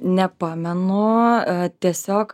nepamenu tiesiog